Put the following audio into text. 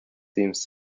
seems